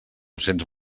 cents